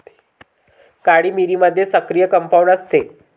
काळी मिरीमध्ये सक्रिय कंपाऊंड असते